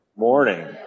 Morning